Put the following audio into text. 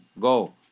go